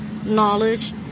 knowledge